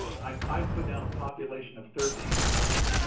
i put down a population of thirteen million.